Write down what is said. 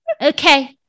Okay